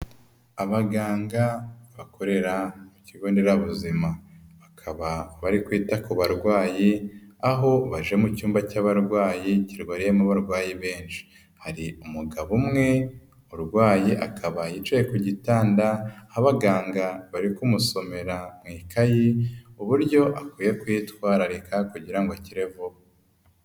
Abaganga bakorera kigo nderabuzima bakaba bari kwita ku barwayi aho baje mu cyumba cy'abarwayi kibariyemo abarwayi benshi. Hari umugabo umwe urwaye akabaye yicaye ku gitanda aho abaganga bari kumusomera mu ikayi uburyo akwiye kwitwararika kugira ngo akire vuba.